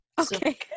Okay